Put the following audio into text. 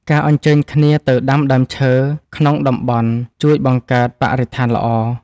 ការអញ្ជើញគ្នាទៅដាំដើមឈើក្នុងតំបន់ជួយបង្កើតបរិស្ថានល្អ។